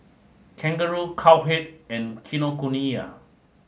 Kangaroo Cowhead and Kinokuniya